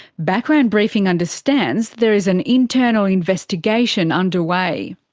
background briefing understands there is an internal investigation underway.